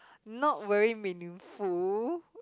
not very meaningful